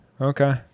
Okay